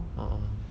ah ah